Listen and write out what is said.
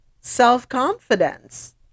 self-confidence